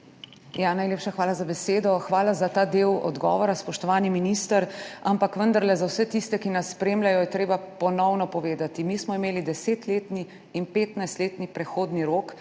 Najlepša hvala za besedo. Hvala za ta del odgovora, spoštovani minister. Ampak vendarle, za vse tiste, ki nas spremljajo, je treba ponovno povedati, mi smo imeli 10-letni in 15-letni prehodni rok,